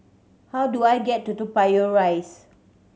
how do I get to Toa Payoh Rise